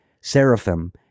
seraphim